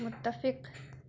متفق